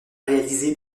réalisé